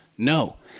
no.